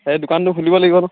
দোকানবোৰ খুলিব লাগিব নহয়